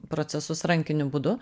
procesus rankiniu būdu